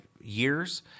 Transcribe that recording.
years